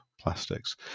plastics